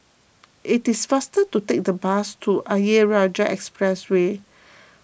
it is faster to take the bus to Ayer Rajah Expressway